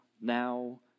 now